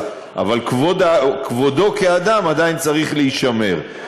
אבל כבודו כאדם עדיין צריך להישמר.